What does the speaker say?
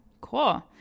Cool